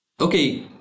Okay